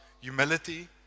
humility